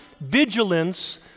vigilance